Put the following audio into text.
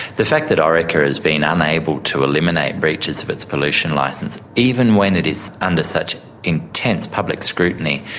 the fact that orica has been unable to eliminate breaches of its pollution licence, even when it is under such intense public scrutiny,